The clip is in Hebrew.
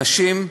אנשים,